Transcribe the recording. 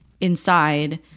inside